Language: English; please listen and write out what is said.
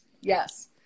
yes